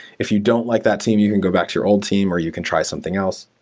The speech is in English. if you don't like that team, you can go back to your old team or you can try something else.